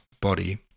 body